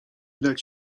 dać